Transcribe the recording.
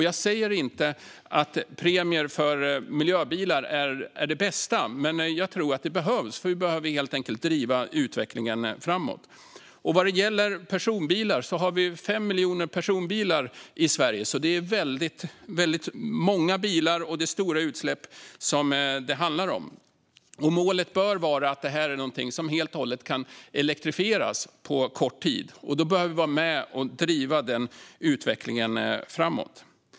Jag säger inte att premier för miljöbilar är det bästa, men jag tror att det behövs. Vi behöver helt enkelt driva utvecklingen framåt. Vad gäller personbilar har vi 5 miljoner personbilar i Sverige. Det är väldigt många bilar, och det är stora utsläpp det handlar om. Målet bör vara att det är någonting som helt och hållet kan elektrifieras på kort tid. Då behöver vi vara med och driva den utvecklingen framåt.